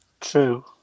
True